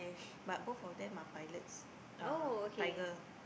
but both of them are pilots uh tiger